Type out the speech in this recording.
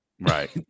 Right